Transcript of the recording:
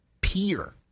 peer